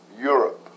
Europe